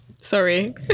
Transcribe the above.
Sorry